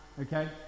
okay